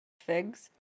Figs